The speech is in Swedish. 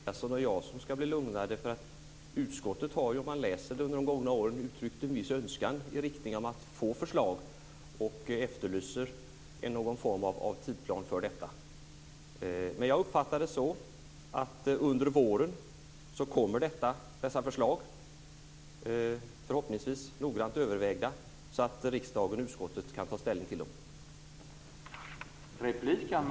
Herr talman! Det är inte bara Kia Andreasson och jag som skall bli lugna. Utskottet har ju, som man kan läsa sig till, under de gångna åren uttryckt en viss önskan i riktning mot att få förslag och efterlyser någon form av tidsplan för detta. Jag uppfattar att dessa förslag kommer under våren. Förhoppningsvis är de då noga övervägda så att utskottet och riksdagen kan ta ställning till dem.